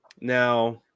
Now